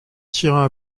tirent